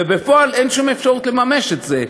ובפועל אין שום אפשרות לממש את זה.